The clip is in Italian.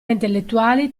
intellettuali